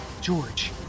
George